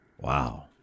Wow